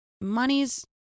money's